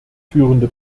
führende